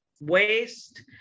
waste